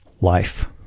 life